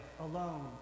alone